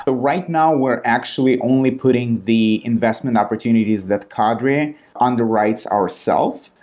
ah right now we're actually only putting the investment opportunities that cadre underwrites our self.